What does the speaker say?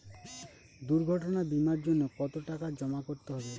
দুর্ঘটনা বিমার জন্য কত টাকা জমা করতে হবে?